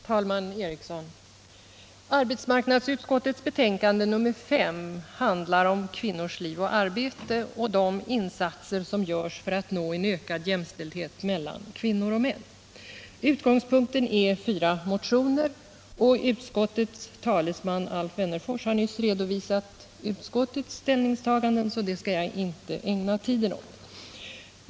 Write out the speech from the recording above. Talman Eriksson! Arbetsmarknadsutskottets betänkande nr 5 handlar om kvinnors liv och arbete och de insatser som görs för att nå ökad jämställdhet mellan kvinnor och män. Utgångspunkten är fyra motioner. Utskottets talesman, Alf Wennerfors, har nyss redovisat utskottets ställningstaganden, så det skall jag inte ägna tiden åt.